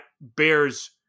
bears